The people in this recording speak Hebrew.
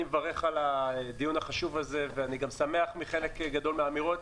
אני מברך על הדיון החשוב הזה ואני גם שמח מחלק גדול מהאמירות.